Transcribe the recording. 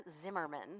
Zimmerman